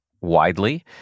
widely